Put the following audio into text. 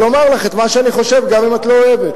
אני אבל אומר לך את מה שאני חושב גם אם את לא אוהבת.